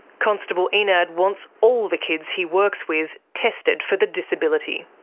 constable enad wants all the kids he works with tested for the disability.